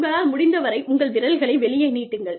உங்களால் முடிந்தவரை உங்கள் விரல்களை வெளியே நீட்டுங்கள்